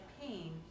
pain